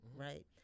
right